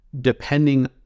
depending